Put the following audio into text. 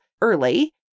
early